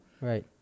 Right